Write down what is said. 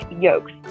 yolks